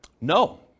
No